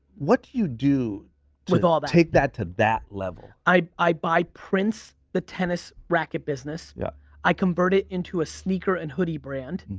what do you do like to take that to that level? i i buy prince, the tennis racquet business. yeah i convert it into a sneaker and hoodie brand.